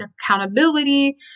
accountability